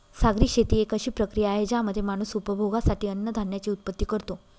सागरी शेती एक अशी प्रक्रिया आहे ज्यामध्ये माणूस उपभोगासाठी अन्नधान्याची उत्पत्ति करतो